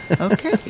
Okay